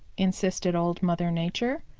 insisted old mother nature.